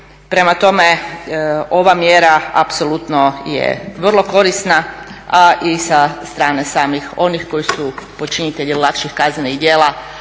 Prema tome, ova mjera apsolutno je vrlo korisna, a i sa strane samih onih koji su počinitelji lakših kaznenih djela